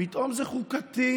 פתאום זה חוקתי.